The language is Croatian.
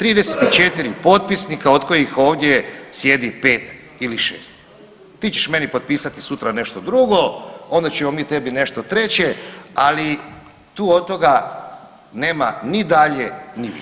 34 potpisnika od kojih ovdje sjedi 5 ili 6. Ti ćeš meni potpisati sutra nešto druga, onda ćemo mi tebi nešto treće, ali tu od toga nema ni dalje ni više.